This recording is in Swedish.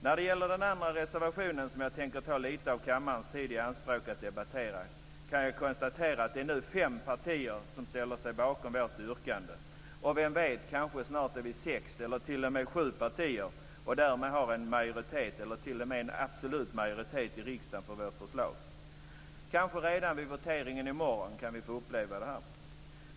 När det gäller den andra reservationen som jag tänkte ta lite av kammarens tid i anspråk att debattera, kan jag konstatera att det nu är fem partier som ställer sig bakom vårt yrkande. Vem vet? Kanske är vi snart sex eller sju partier, och därmed har vi kanske en absolut majoritet i riksdagen för vårt förslag. Kanske kan vi redan vid voteringen i morgon få uppleva detta.